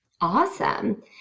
awesome